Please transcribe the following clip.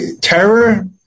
terror